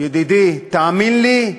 ידידי, תאמין לי,